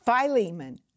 Philemon